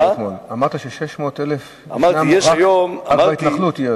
אמרת ש-600,000 ישנם רק בהתנחלות.